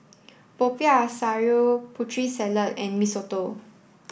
Popiah Sayur Putri Salad and Mee Soto